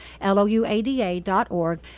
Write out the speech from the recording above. l-o-u-a-d-a.org